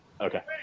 okay